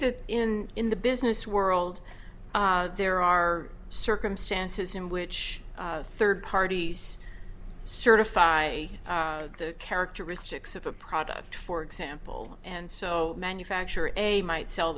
that in in the business world there are circumstances in which third parties certify the characteristics of a product for example and so manufacturer and you might sell